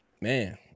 Man